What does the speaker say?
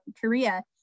Korea